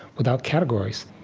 without categories